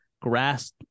grasp